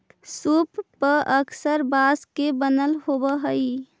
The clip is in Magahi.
सूप पअक्सर बाँस के बनल होवऽ हई